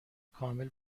کامل